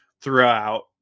throughout